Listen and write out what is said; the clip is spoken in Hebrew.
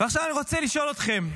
אני רוצה לשאול אתכם: